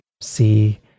see